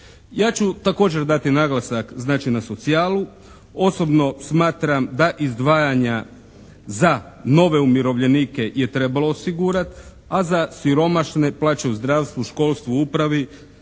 Ja ću također dati naglasak znači na socijalu, osobno smatram da izdvajanja za nove umirovljenike je trebalo osigurati, a za siromašne, plaća u zdravstvu, školstvu, upravi